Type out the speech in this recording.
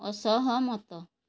ଅସହମତ